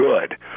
good